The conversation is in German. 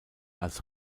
als